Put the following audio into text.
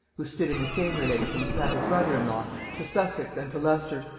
who stood in the same relation, that of brother-in-law, to sussex and to leicester,